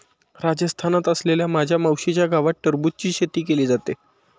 राजस्थानात असलेल्या माझ्या मावशीच्या गावात टरबूजची शेती केली जाते